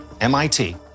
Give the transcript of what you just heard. MIT